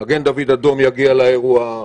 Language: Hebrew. מגן דוד אדום יגיע לאירוע,